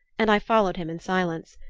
and i followed him in silence.